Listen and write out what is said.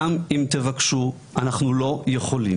גם אם תבקשו, אנחנו לא יכולים.